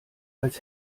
als